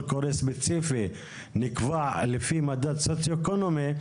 קורא ספציפית נקבע לפי מדד סוציו-אקונומי,